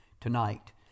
tonight